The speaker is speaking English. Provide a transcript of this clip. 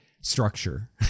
structure